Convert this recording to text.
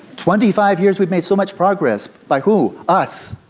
twenty five years we've made so much progress. by who? us.